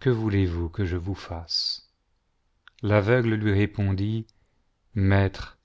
que voulez-vous que je vous fasse l'aveugle lui répondit maître